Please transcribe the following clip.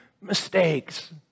mistakes